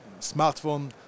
smartphone